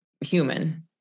human